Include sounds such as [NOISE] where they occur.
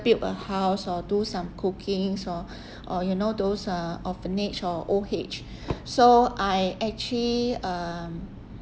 build a house or do some cookings or [BREATH] or you know those ah orphanage or old age [BREATH] so I actually um